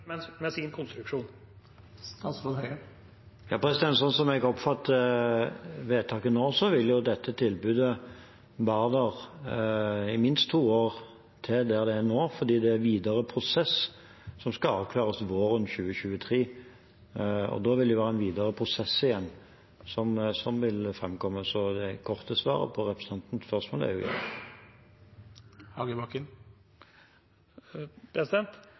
dette tilbudet være der i minst to år til, slik det er nå, fordi det er videre prosess som skal avklares våren 2023. Da vil man komme med en videre prosess. Så det korte svaret på representantens spørsmål er ja. Vil statsråden garantere at det ikke blir noen videre nedbygging? For det har jo vært en betydelig nedskalering, som jeg sa i mitt innlegg, på